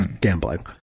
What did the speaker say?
gambling